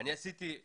לקחתי את